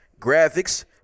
graphics